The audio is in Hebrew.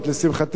לשמחתי,